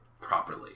properly